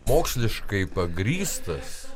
moksliškai pagrįstas